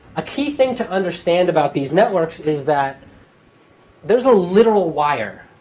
a key thing to understand about these networks is that there is a literal wire.